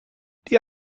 die